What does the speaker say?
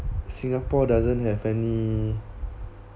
singapore doesn't have any